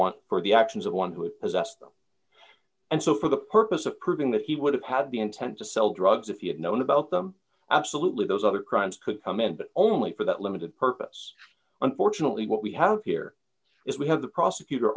want for the actions of one who possessed them and so for the purpose of proving that he would have had the intent to sell drugs if you had known about them absolutely those other crimes could come in but only for that limited purpose unfortunately what we have here is we have the prosecutor